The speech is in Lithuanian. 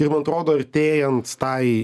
ir man atrodo artėjant tai